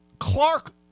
Clark